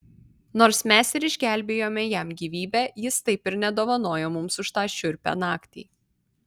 nors mes ir išgelbėjome jam gyvybę jis taip ir nedovanojo mums už tą šiurpią naktį